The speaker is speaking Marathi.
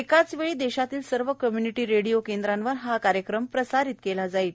एकाच वेळी देशातल्या सर्व कम्य्निटी रेडिओ केंद्रावर हा कार्यक्रम प्रसारित केला जाईल